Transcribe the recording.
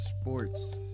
sports